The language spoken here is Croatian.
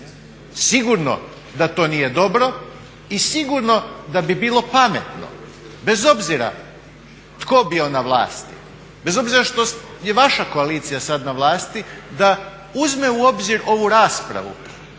Sigurno da to nije dobro i sigurno da bi bilo pametno bez obzira tko bio na vlasti, bez obzira što je vaša koalicija sad na vlasti da uzme u obzir ovu raspravu